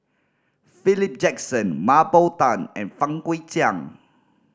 Philip Jackson Mah Bow Tan and Fang Guixiang